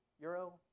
Euro